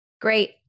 Great